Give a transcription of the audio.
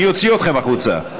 אני אוציא אתכם החוצה.